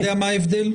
אתה יודע מה ההבדל?